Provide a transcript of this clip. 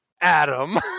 Adam